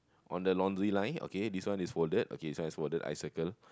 on the laundry line okay this one is folded okay this one is folded I circle